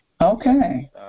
Okay